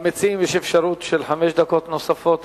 למציעים יש אפשרות של חמש דקות נוספות.